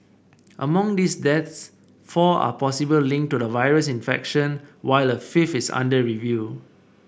among these deaths four are possible linked to the virus infection while a fifth is under review